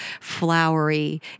flowery